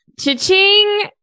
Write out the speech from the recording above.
cha-ching